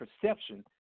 perception